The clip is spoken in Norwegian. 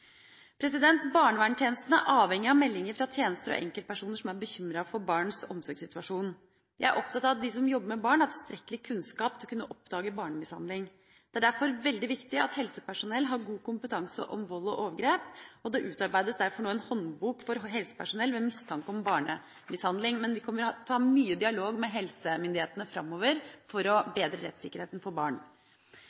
er avhengig av meldinger fra tjenester og enkeltpersoner som er bekymret for barnets omsorgssituasjon. Jeg er opptatt av at de som jobber med barn, har tilstrekkelig kunnskap til å kunne oppdage barnemishandling. Det er derfor veldig viktig at helsepersonell har god kompetanse om vold og overgrep. Det utarbeides derfor nå en håndbok for helsepersonell ved mistanke om barnemishandling. Men vi kommer til å ha mye dialog med helsemyndighetene framover for å